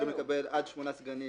יכולים לקבל עד 8 סגנים